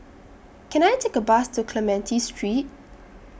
Can I Take A Bus to Clementi Street